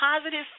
positive